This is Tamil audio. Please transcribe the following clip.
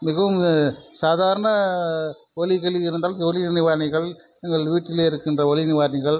மிகவும் சாதாரண வலிகள் இருந்தால் வலி நிவாரணிகள் எங்கள் வீட்டிலே இருக்கின்ற வலி நிவாரணிகள்